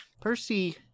Percy